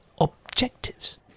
objectives